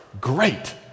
great